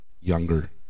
Younger